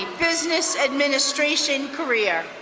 business administration career.